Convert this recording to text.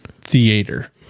theater